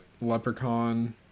Leprechaun